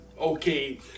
okay